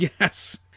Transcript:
Yes